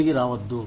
తిరిగి రావద్దు